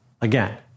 again